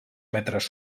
metres